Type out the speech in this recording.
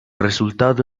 resultado